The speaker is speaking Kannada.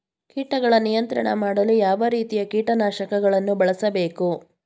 ಕೀಟಗಳ ನಿಯಂತ್ರಣ ಮಾಡಲು ಯಾವ ರೀತಿಯ ಕೀಟನಾಶಕಗಳನ್ನು ಬಳಸಬೇಕು?